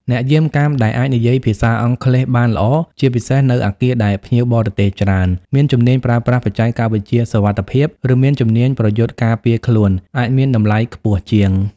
អ្នកយាមកាមដែលអាចនិយាយភាសាអង់គ្លេសបានល្អ ជាពិសេសនៅអគារដែលភ្ញៀវបរទេសច្រើន មានជំនាញប្រើប្រាស់បច្ចេកវិទ្យាសុវត្ថិភាព ឬមានជំនាញប្រយុទ្ធការពារខ្លួន អាចមានតម្លៃខ្ពស់ជាង។